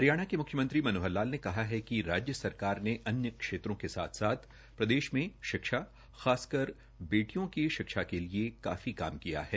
हरियाणा के मुख्यमंत्री श्री मनोहर लाल ने कहा है कि राज्य सरकार ने अन्य क्षेत्रों के साथ साथ प्रदेश में शिक्षा खासकर बेटियों की शिक्षा के लिए काफी काम किया है